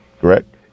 correct